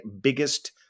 biggest